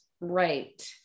Right